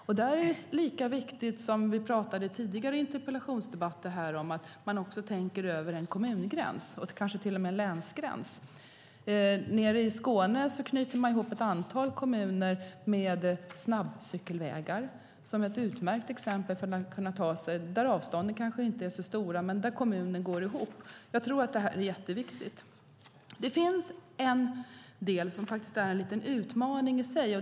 Som vi har pratat om i tidigare interpellationsdebatter är det viktigt att man tänker över kommungränserna och kanske till och med länsgränserna. Nere i Skåne knyter man ihop ett antal kommuner med snabbcykelvägar. Det är ett utmärkt exempel för att kunna ta sig fram där avstånden kanske inte är så stora men där kommuner går ihop. Det tror jag är jätteviktigt. Det finns en del som är en liten utmaning i sig.